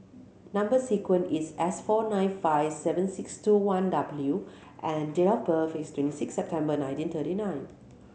number sequence is S four nine five seven six two one W and date of birth is twenty six September nineteen thirty nine